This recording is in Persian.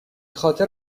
خاطر